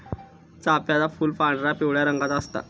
चाफ्याचा फूल पांढरा, पिवळ्या रंगाचा असता